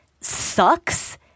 sucks